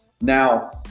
Now